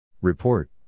Report